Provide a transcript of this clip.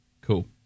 Cool